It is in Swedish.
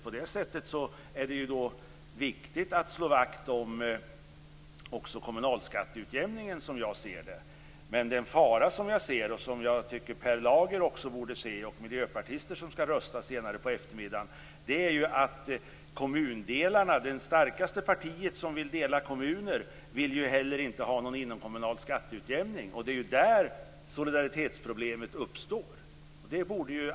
På det sättet är det viktigt att slå vakt också om kommunalskatteutjämningen som jag ser det. Men den fara jag ser och som jag tycker att Per Lager och miljöpartister som skall rösta senare på eftermiddagen också borde se är att "kommundelarna", det starkaste partiet som vill dela kommuner, vill ju heller inte ha någon inomkommunal skatteutjämning. Och det är ju där solidaritetsproblemet uppstår.